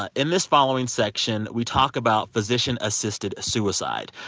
ah in this following section, we talk about physician-assisted suicide.